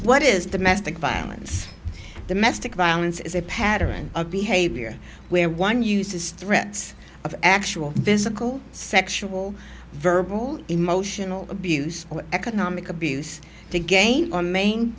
what is domestic violence domestic violence is a pattern of behavior where one uses threats of actual physical sexual verbal emotional abuse economic abuse to gain on main